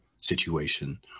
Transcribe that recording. situation